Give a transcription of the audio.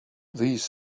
these